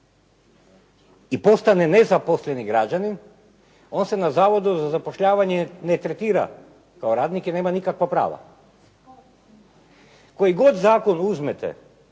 i postane nezaposleni građanin, on se na Zavodu za zapošljavanje ne tretira kao radnik, jer nema nikakva prava. Koji god zakon uzmete,